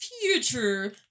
future